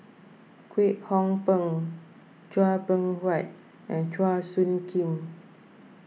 Kwek Hong Png Chua Beng Huat and Chua Soo Khim